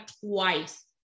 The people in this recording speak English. twice